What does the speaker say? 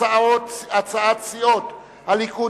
הצעת סיעות הליכוד,